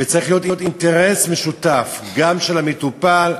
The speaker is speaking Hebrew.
וצריך להיות אינטרס גם של המטופל,